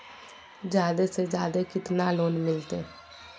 जादे से जादे कितना लोन मिलते?